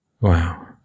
wow